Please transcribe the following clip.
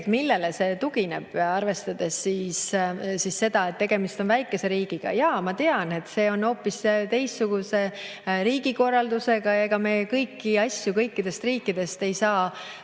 edu. Millele see tugineb, arvestades seda, et tegemist on väikese riigiga? Jaa, ma tean, et seal on hoopis teistsugune riigikorraldus. Ega me kõiki asju kõikidest riikidest ei saa